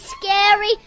scary